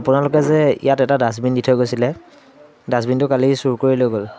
আপোনালোকে যে ইয়াত এটা ডাষ্টবিন দি থৈ গৈছিলে ডাষ্টবিনটো কালি চুৰ কৰি লৈ গ'ল